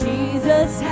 Jesus